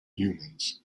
humans